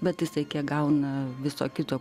bet jisai kiek gauna viso kito